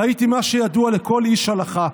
ראיתי מה שידוע לכל איש הלכה: